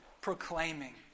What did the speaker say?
proclaiming